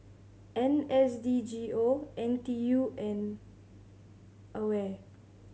N S D G O N T U and AWARE